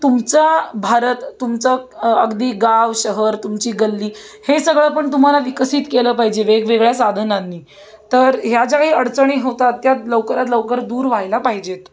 तुमचा भारत तुमचं अगदी गाव शहर तुमची गल्ली हे सगळं पण तुम्हाला विकसित केलं पाहिजे वेगवेगळ्या साधनांनी तर ह्या ज्या काही अडचणी होतात त्यात लवकरात लवकर दूर व्हायला पाहिजेत